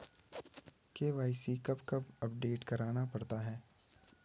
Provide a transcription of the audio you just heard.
KYC कब कब update करवाना पड़ता है?